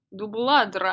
Dubladra